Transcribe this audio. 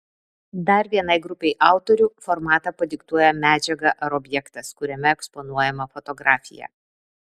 dar vienai grupei autorių formatą padiktuoja medžiaga ar objektas kuriame eksponuojama fotografija